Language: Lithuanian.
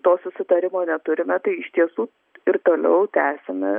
to susitarimo neturime tai iš tiesų ir toliau tęsime